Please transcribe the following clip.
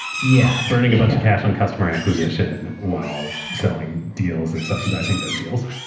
yeah. burning a bunch of cash on customer acquisition while selling deals and subsidizing those deals.